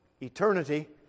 Eternity